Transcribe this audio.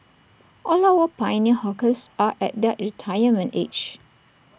all our pioneer hawkers are at their retirement age